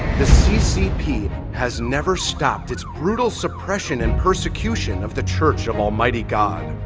the ccp has never stopped its brutal suppression and persecution of the church of almighty god.